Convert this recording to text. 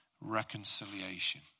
reconciliation